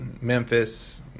Memphis